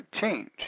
change